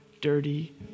dirty